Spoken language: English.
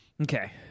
Okay